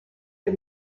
for